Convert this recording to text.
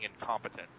incompetent